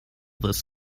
this